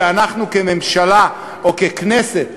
שאנחנו כממשלה או ככנסת,